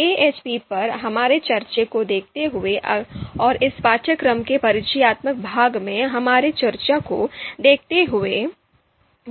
AHP पर हमारी चर्चा को देखते हुए और इस पाठ्यक्रम के परिचयात्मक भाग में हमारी चर्चा को देखते हुए